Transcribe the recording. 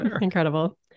incredible